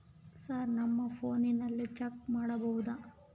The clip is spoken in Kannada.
ಸರ್ ನಮ್ಮ ಫೋನಿನಲ್ಲಿ ಚೆಕ್ ಮಾಡಬಹುದಾ?